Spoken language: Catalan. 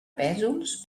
pésols